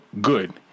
good